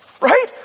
right